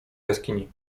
jaskini